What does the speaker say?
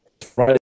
Friday